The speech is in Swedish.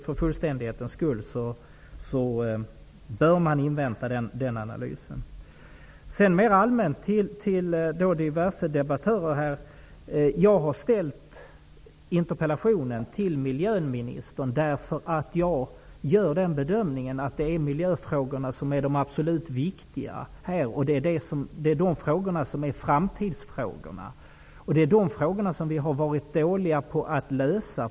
För fullständighetens skull bör man ändå enligt min mening invänta den analysen. Sedan vill jag säga mera allmänt till diverse debattörer: Jag har ställt interpellationen till miljöministern därför att jag gör den bedömningen att det är miljöfrågorna som är de absolut viktiga i det här sammanhanget, och det är de frågorna som är framtidsfrågorna. Det är också de frågorna som vi har varit dåliga på att lösa.